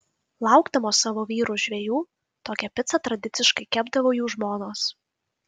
laukdamos savo vyrų žvejų tokią picą tradiciškai kepdavo jų žmonos